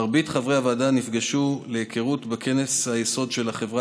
מרבית חברי הוועדה נפגשו להיכרות בכנס היסוד של החברה